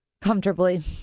comfortably